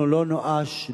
אנחנו לא נאמר נואש,